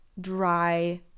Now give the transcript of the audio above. dry